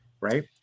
right